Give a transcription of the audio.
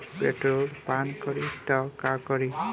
Petrol पान करी त का करी?